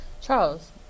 Charles